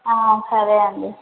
సరే అండి